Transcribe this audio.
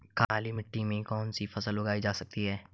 काली मिट्टी में कौनसी फसल उगाई जा सकती है?